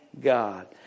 God